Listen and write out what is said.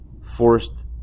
forced